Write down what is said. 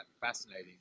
fascinating